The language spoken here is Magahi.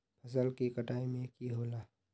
फसल के कटाई में की होला?